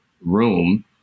room